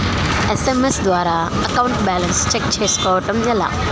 SMS ద్వారా account balance check చేసుకోవటం ఎలా?